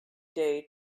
day